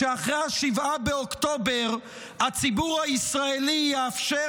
שאחרי 7 באוקטובר הציבור הישראלי יאפשר